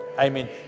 Amen